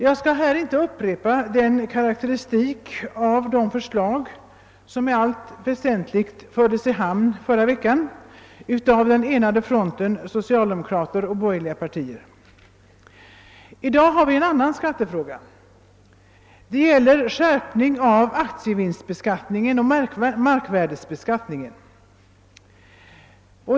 Jag skall inte nu upprepa den karakteristik som gavs av de förslag, vilka förra veckan i allt väsentligt för des i hamn av den enade fronten av socialdemokrater och borgerliga Ppartier. I dag har vi att behandla en annan skattefråga. Det gäller en skärpning av aktievinstoch markvärdebeskattningen.